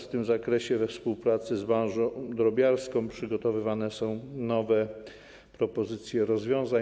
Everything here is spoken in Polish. W tym zakresie we współpracy z branżą drobiarską przygotowywane są nowe propozycje rozwiązań.